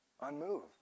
unmoved